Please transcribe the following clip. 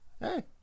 Hey